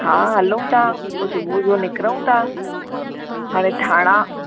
ह हलूं था त सुबुह जो निकिरूं था हाणे थाणा